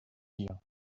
here